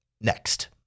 Next